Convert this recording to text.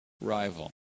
rival